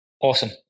Awesome